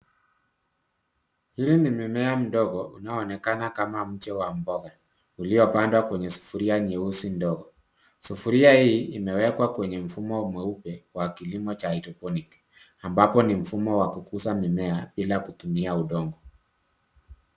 Hili ni mimea mdogo unaoonekana kama mche wa mboga uliopandwa kwenye sufuria nyeusi ndogo. Sufuria hii imewekwa kwenye mfumo mweupe wa kilimo cha hydroponic , ambapo ni mfumo wa kukuza mimea bila kutumia udongo.